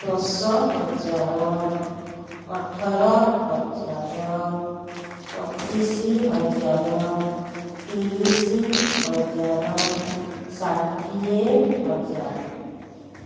ଦଶ ହଜାର ଅଠର ହଜାର ପଚିଶି ହଜାର ତିରିଶି ହଜାର ଷାଠିଏ ହଜାର